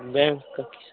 bank